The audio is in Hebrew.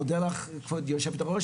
אני מודה לך כבוד היו"ר,